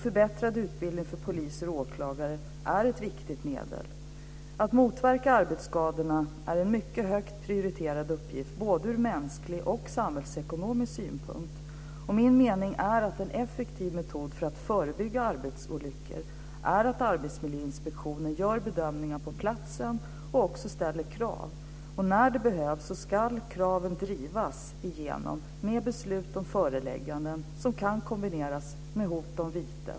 Förbättrad utbildning för poliser och åklagare är ett viktigt medel. Att motverka arbetsskadorna är en mycket högt prioriterad uppgift både ur mänsklig och samhällsekonomisk synpunkt. Min mening är att en effektiv metod för att förebygga arbetsolyckor är att Arbetsmiljöinspektionen gör bedömningar på platsen och också ställer krav. När det behövs ska kraven drivas igenom med beslut om föreläggande som kan kombineras med hot om vite.